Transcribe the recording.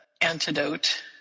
antidote